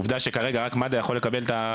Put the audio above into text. עובדה שכרגע רק מד"א יכול לקבל את ההחזר הזה.